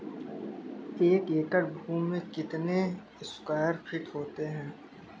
एक एकड़ भूमि में कितने स्क्वायर फिट होते हैं?